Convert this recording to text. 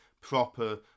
proper